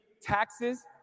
taxes